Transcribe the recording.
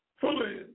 fully